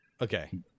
Okay